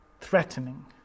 threatening